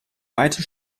weite